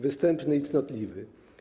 Występny i cnotliwy/